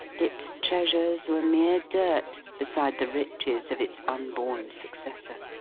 its treasures were mere dirt, beside the riches of its unborn successor!